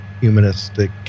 humanistic